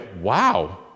wow